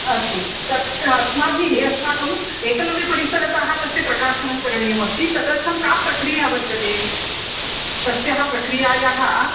अस्तु तत् अस्माभिः अस्माकम् एकलव्यपरिसरतः तस्य प्रकाशनं करणीयमस्ति तदर्थं का प्रक्रिया वर्तते तस्याः प्रक्रियायाः